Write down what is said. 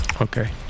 Okay